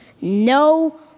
no